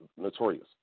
Notorious